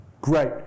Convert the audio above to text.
great